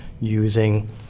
using